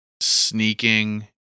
sneaking